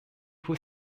who